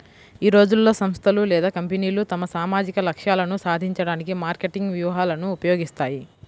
ఈ రోజుల్లో, సంస్థలు లేదా కంపెనీలు తమ సామాజిక లక్ష్యాలను సాధించడానికి మార్కెటింగ్ వ్యూహాలను ఉపయోగిస్తాయి